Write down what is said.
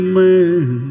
man